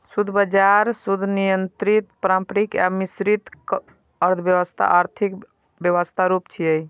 शुद्ध बाजार, शुद्ध नियंत्रित, पारंपरिक आ मिश्रित अर्थव्यवस्था आर्थिक व्यवस्थाक रूप छियै